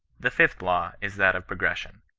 the fifth law is that of progression.